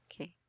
Okay